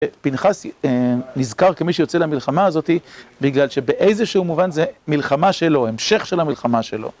פנחס נזכר כמי שיוצא למלחמה הזאת בגלל שבאיזשהו מובן זה המלחמה שלו, המשך של המלחמה שלו.